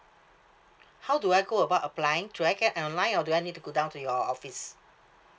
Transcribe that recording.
how do I go about applying do I get online or do I need to go down to your o~ office